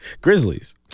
Grizzlies